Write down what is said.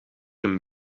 een